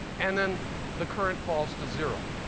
and then the current falls to zero.